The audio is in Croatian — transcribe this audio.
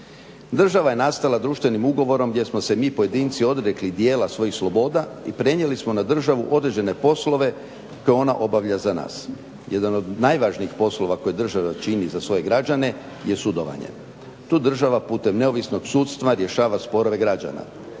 Država je nastala društvenim ugovorom gdje smo se mi pojedinci odrekli dijela svojih sloboda i prenijeli smo na državu određene poslove koje ona obavlja za nas. Jedan od najvažnijih poslova koje država čini za svoje građane je sudovanje. Tu država putem neovisnog sudstva rješava sporove građana